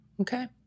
Okay